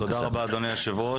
תודה רבה, אדוני היושב-ראש.